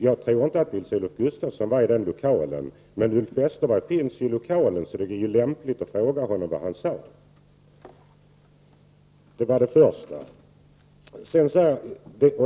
Jag tror inte att Nils Olof Gustafsson var i den lokalen, men Ulf Westerberg finns ju här så det är lämpligt att fråga honom om vad han sade.